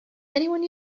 anyone